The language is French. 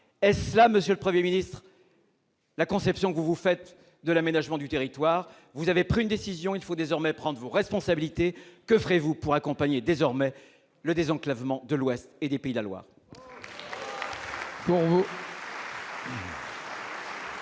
Est-ce là, monsieur le Premier ministre, votre conception de l'aménagement du territoire ? Vous avez pris une décision, il vous faut désormais prendre vos responsabilités : que ferez-vous pour accompagner le désenclavement de l'Ouest et des Pays de la Loire ?